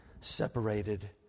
separated